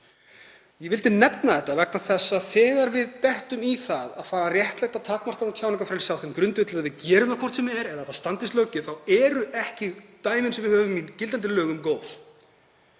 Ég vildi nefna þetta vegna þess að þegar við dettum í það að fara að réttlæta takmarkanir á tjáningarfrelsi á þeim grundvelli að við gerum það hvort sem er eða að það standist löggjöf þá eru dæmin sem við höfum í gildandi lögum ekki